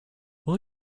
will